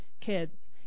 kids